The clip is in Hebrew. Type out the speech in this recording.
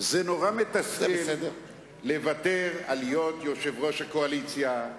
זה נורא מתסכל לוותר על תפקיד יושב-ראש הקואליציה.